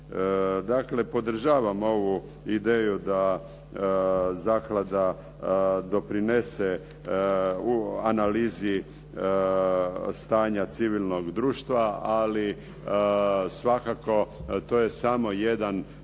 Dakle, podržavam ovu ideju da zaklada doprinese u analizi stanja civilnog društva, ali svakako to je samo jedan